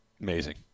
Amazing